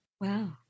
Wow